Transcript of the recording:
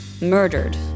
murdered